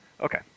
Okay